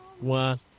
one